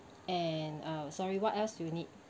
and uh sorry what else you need